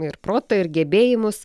ir protą ir gebėjimus